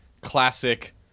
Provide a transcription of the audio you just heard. classic